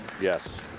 Yes